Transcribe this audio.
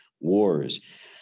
wars